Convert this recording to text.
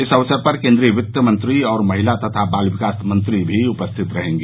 इस अवसर पर केन्द्रीय वित्त मंत्री और महिला तथा बाल विकास मंत्री भी उपस्थित रहेंगी